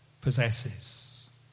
possesses